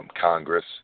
Congress